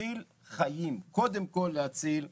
קודם כל להציל חיים.